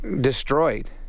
destroyed